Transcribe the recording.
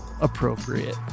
appropriate